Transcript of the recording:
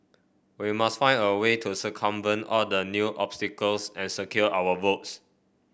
we must find a way to circumvent all the new obstacles and secure our votes